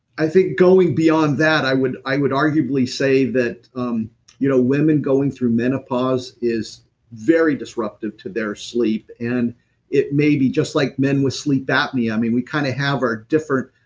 think going beyond that i would i would arguably say that um you know women going through menopause is very disruptive to their sleep, and it maybe just like men with sleep apnea, i mean we kind of have our different.